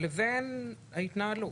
לבין ההתנהלות.